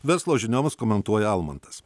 verslo žinioms komentuoja almantas